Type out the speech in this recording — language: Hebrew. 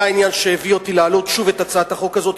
זה העניין שהביא אותי להעלות שוב את הצעת החוק הזאת.